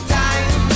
time